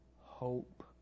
hope